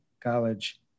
College